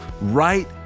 right